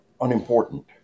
unimportant